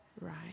right